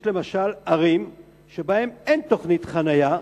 יש למשל ערים שבהן אין תוכנית חנייה,